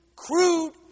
Crude